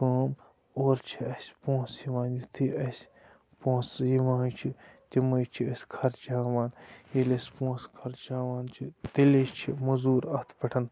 کٲم اورٕ چھِ اَسہِ پونٛسہٕ یِوان یُتھُے اَسہِ پونٛسہٕ یِوان چھِ تِمَے چھِ أسۍ خرچاوان ییٚلہِ أسۍ پونٛسہٕ خرچاوان چھِ تیٚلی چھِ مٔزوٗر اَتھ پٮ۪ٹھ